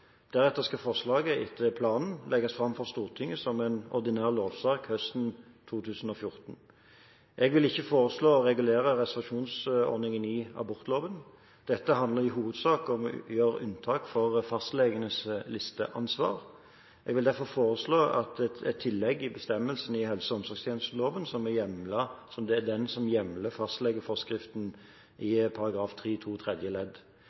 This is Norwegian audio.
Deretter skal forslaget, etter planen, legges fram for Stortinget som en ordinær lovsak høsten 2014. Jeg vil ikke foreslå å regulere reservasjonsordningen i abortloven. Dette handler i hovedsak om å gjøre unntak for fastlegenes listeansvar. Jeg vil derfor foreslå et tillegg i bestemmelsen i helse- og omsorgstjenesteloven, som er den som hjemler fastlegeforskriften i § 3-2 tredje ledd.